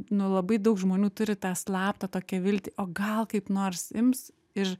nu labai daug žmonių turi tą slaptą tokią viltį o gal kaip nors ims ir